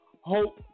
hope